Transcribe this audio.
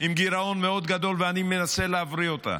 עם גירעון מאוד גדול, אני מנסה להבריא אותה,